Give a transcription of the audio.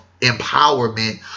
empowerment